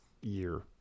year